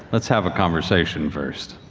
let's have a conversation first.